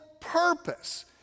purpose